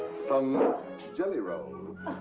some jellyrolls.